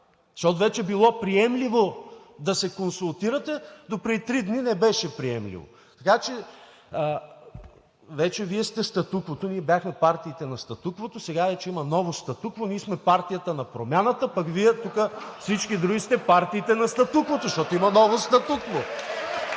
Защото вече било приемливо да се консултирате, а допреди три дни не беше приемливо. Така че вече Вие сте статуквото. Ние бяхме партиите на статуквото, сега вече има ново статукво. Ние сме партията на промяната, пък Вие тук всички други сте партия на статуквото. (Смях и оживление в